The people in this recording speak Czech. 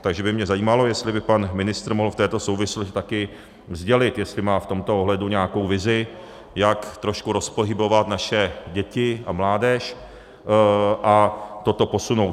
Takže by mě zajímalo, jestli by pan ministr mohl v této souvislosti taky sdělit, jestli má v tomto ohledu nějakou vizi, jak trošku rozpohybovat naše děti a mládež a toto posunout.